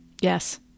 Yes